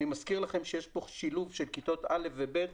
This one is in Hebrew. אני מזכיר לכם שיש כאן שילוב של כיתות א' ו-ב'.